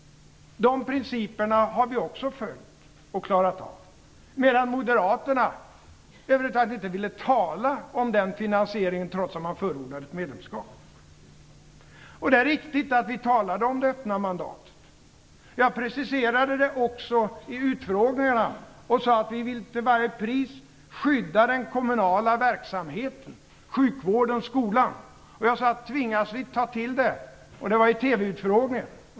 De principerna har vi också följt och klarat av, medan moderaterna över huvud taget inte ville tala om finansieringen, trots att man förordade ett medlemskap. Det är riktigt att vi talade om det öppna mandatet. Jag preciserade det också i utfrågningar och sade att vi till varje pris ville skydda den kommunala verksamheten, sjukvård och skola. Det var i TV utfrågningar, och jag har därmed många vittnen.